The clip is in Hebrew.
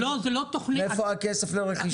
מאיפה הכסף לרכישה.